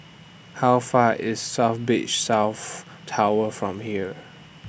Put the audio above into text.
How Far IS South Beach South Tower from here